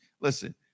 listen